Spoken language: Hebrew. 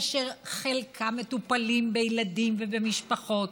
כאשר חלקם מטפלים בילדים ובמשפחות,